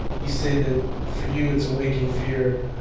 you say that for you, it's a waking fear,